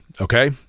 Okay